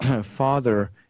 father